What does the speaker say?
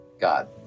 god